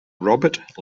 robert